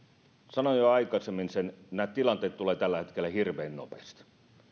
sanoin jo aikaisemmin että nämä tilanteet tulevat tällä hetkellä hirveän nopeasti